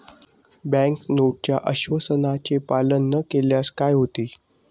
Bank नोटच्या आश्वासनाचे पालन न केल्यास काय होते?